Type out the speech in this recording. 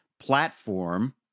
platform